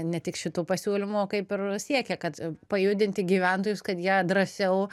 ne tik šitų pasiūlymų kaip ir siekia kad pajudinti gyventojus kad jie drąsiau